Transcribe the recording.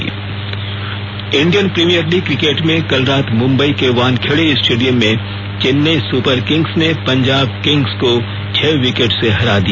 IPL Indian Premier League cricket में कल रात मुंबई के वानखेड़े स्टेडियम में चेन्नई सुपर किंग्स ने पंजाब किंग्स को छह विकेट से हरा दिया